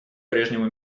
прежнему